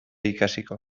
ikasiko